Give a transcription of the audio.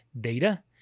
data